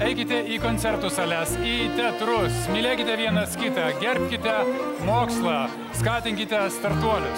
eikite į koncertų sales į teatrusmylėkite vienas kitą gerbkite mokslą skatinkite startuolius